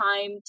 time